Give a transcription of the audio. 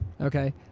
Okay